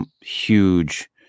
huge